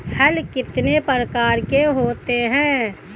हल कितने प्रकार के होते हैं?